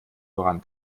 voran